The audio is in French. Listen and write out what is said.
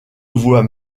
voix